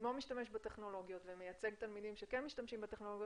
שבעצמו משתמש בטכנולוגיות ומייצג תלמידים שכן משתמשים בטכנולוגיות,